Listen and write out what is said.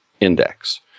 index